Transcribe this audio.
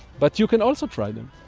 but you can also try them.